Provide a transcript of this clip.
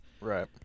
Right